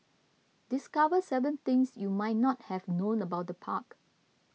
discover seven things you might not have known about the park